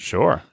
Sure